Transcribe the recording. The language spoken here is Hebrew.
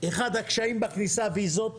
אחד הקשיים בכניסה ויזות.